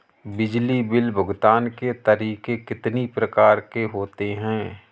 बिजली बिल भुगतान के तरीके कितनी प्रकार के होते हैं?